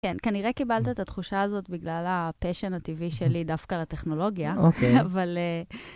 כן, כנראה קיבלת את התחושה הזאת בגלל הפשן הטבעי שלי, דווקא לטכנולוגיה, אבל...